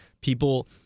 People